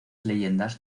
leyendas